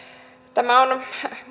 tämä on